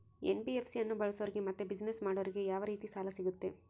NBFC ಅನ್ನು ಬಳಸೋರಿಗೆ ಮತ್ತೆ ಬಿಸಿನೆಸ್ ಮಾಡೋರಿಗೆ ಯಾವ ರೇತಿ ಸಾಲ ಸಿಗುತ್ತೆ?